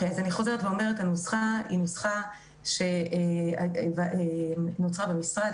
אני חוזרת ואומרת שהנוסחה היא נוסחה שנוצרה במשרד,